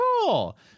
Cool